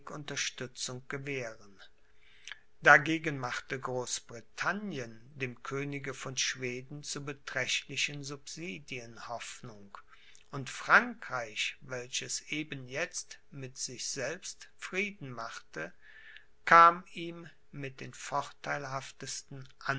unterstützung gewähren dagegen machte großbritannien dem könige von schweden zu beträchtlichen subsidien hoffnung und frankreich welches eben jetzt mit sich selbst frieden machte kam ihm mit den vorteilhaftesten